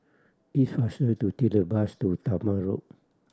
it faster to take the bus to Talma Road